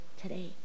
today